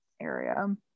area